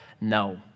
no